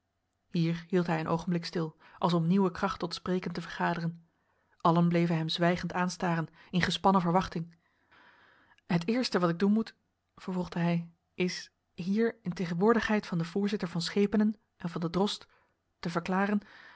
hier hield hij een oogenblik stil als om nieuwe kracht tot spreken te vergaderen allen bleven wij hem zwijgend aanstaren in gespannen verwachting het eerste wat ik doen moet vervolgde hij is hier in tegenwoordigheid van den voorzitter van schepenen en van den drost te verklaren